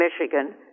Michigan